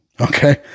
okay